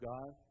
God